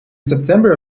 september